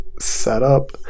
setup